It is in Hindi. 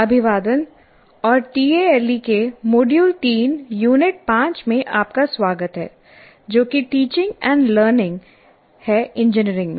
अभिवादन और टीएएलई के मॉड्यूल 3 यूनिट 5 में आपका स्वागत है जो कि टीचिंग एंड लर्निंग है इंजीनियरिंग में